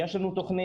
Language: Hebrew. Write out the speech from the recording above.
יש לנו תוכנית,